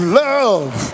love